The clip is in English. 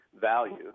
value